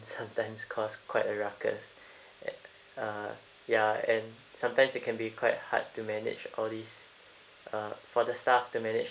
sometimes cause quite a ruckus and uh ya and sometimes it can be quite hard to manage all these uh for the staff to manage